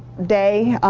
day,